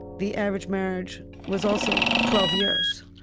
the average marriage was also twelve years.